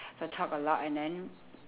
so talk a lot and then